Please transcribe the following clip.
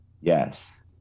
Yes